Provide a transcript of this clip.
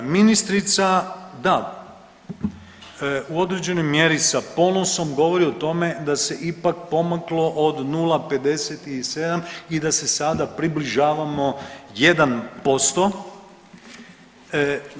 Ministrica da u određenoj mjeri sa ponosom govori o tome da se ipak pomaklo od 0,57 i da se sada približavamo 1%